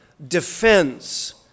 defense